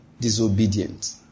disobedient